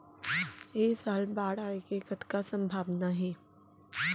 ऐ साल बाढ़ आय के कतका संभावना हे?